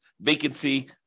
vacancy